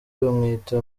bamwita